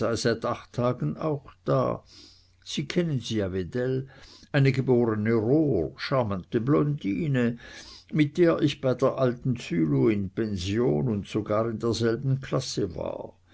seit acht tagen auch da sie kennen sie ja wedell eine geborene rohr charmante blondine mit der ich bei der alten zülow in pension und sogar in derselben klasse war